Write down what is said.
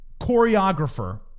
choreographer